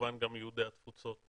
כמובן גם יהודי התפוצות